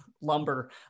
lumber